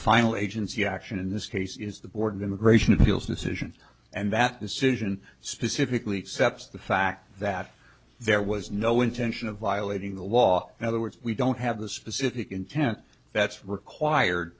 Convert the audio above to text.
final agency action in this case is the board immigration appeals decision and that decision specifically sets the fact that there was no intention of violating the law and other words we don't have the specific intent that's required